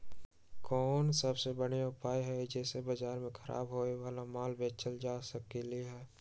कोन सबसे बढ़िया उपाय हई जे से बाजार में खराब होये वाला माल बेचल जा सकली ह?